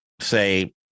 say